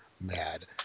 mad